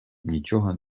нічого